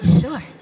Sure